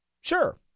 Sure